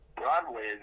Broadway